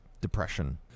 depression